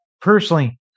personally